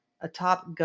atop